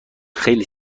خیلی